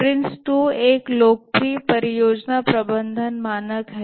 PRINCE2 एक लोकप्रिय परियोजना प्रबंधन मानक है